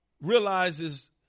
realizes